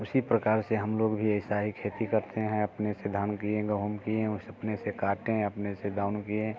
उसी प्रकार से हम लोग भी ऐसा ही खेती करते हैं अपने से धान की गेहूँ की बस अपने से काटे अपने से गाउन किए